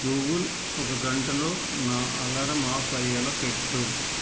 Google ఒక గంటలో నా అలారం ఆఫ్ అయ్యేలా పెట్టు